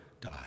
die